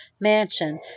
mansion